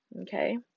Okay